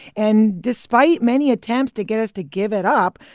and despite many attempts to get us to give it up,